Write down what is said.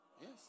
Yes